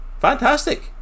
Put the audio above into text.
fantastic